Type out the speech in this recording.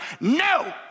no